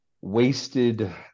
wasted